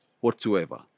whatsoever